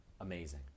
amazing